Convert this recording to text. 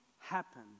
happen